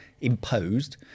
imposed –